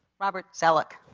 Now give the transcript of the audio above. robert zoellick,